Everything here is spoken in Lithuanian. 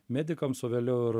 medikams o vėliau ir